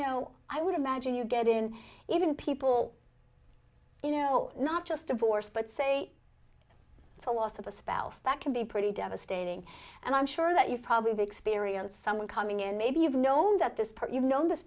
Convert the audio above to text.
know i would imagine you get in even people you know not just divorce but say it's a loss of a spouse that can be pretty devastating and i'm sure that you probably be experienced someone coming in maybe you've known that this part you know this